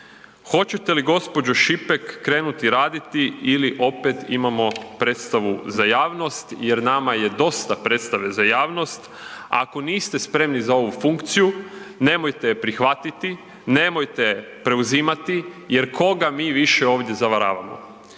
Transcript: Hoćete li gospođo Šipek krenuti raditi ili opet imamo predstavu za javnost jer nama je dosta predstave za javnost. Ako niste spremni za ovu funkciju nemojte je prihvatiti, nemojte je preuzimati jer koga mi više ovdje zavaravamo.